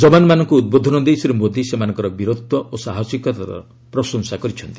ଯବାନମାନଙ୍କ ଉଦ୍ବୋଧନ ଦେଇ ଶ୍ରୀ ମୋଦି ସେମାନଙ୍କର ବୀରତ୍ୱ ଓ ସାହସିକତାର ପ୍ରଶଂସା କରିଛନ୍ତି